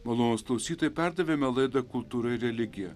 malonūs klausytojai perdavėme laidą kultūra ir religija